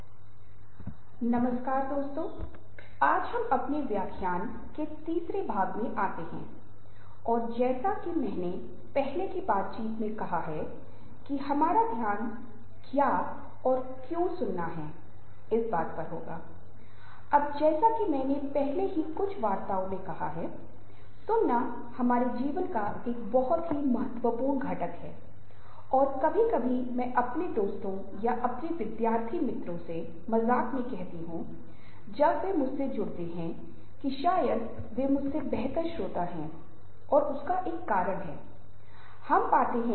hello आज मैं संचार से संबंधित एक बहुत ही महत्वपूर्ण विषय पर बात करने जा रहा हूं और जिसे कम्युनिकेशन स्टाइल्स कहा जाता है